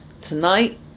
tonight